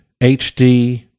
hd